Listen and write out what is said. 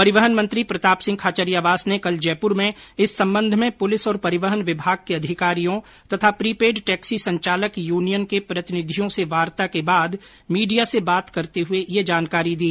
परिवहन मंत्री प्रताप सिंह खाचरियावास ने कल जयपुर में इस सम्बन्ध में पुलिस और परिवहन विभाग के अधिकारियों तथा प्रीपेड टेक्सी संचालक यूनियन के प्रतिनिधियों र्स वार्ता के बाद मीडिया से बात करते हुए यह जानकारी दी